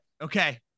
Okay